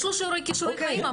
יש לו שיעור כישורי חיים,